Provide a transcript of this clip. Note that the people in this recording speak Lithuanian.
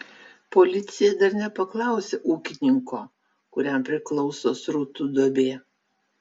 policija dar neapklausė ūkininko kuriam priklauso srutų duobė